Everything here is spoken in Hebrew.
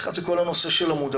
אחת זה כל הנושא של המודעות.